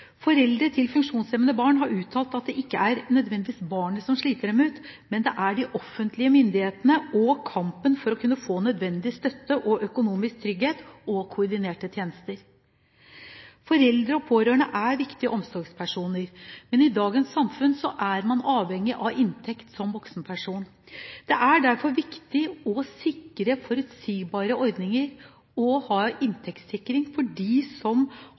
Foreldre til funksjonshemmede barn har uttalt at det ikke nødvendigvis er barnet som sliter dem ut, det er det de offentlige myndighetene og kampen for å få nødvendig støtte, økonomisk trygghet og koordinerte tjenester som gjør. Foreldre og pårørende er viktige omsorgspersoner, men i dagens samfunn er man som voksen person avhengig av inntekt. Det er derfor viktig å sikre forutsigbare ordninger og ha inntektssikring for dem som